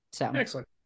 Excellent